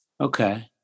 okay